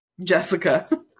Jessica